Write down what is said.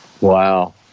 Wow